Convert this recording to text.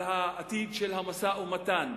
על העתיד של המשא-ומתן.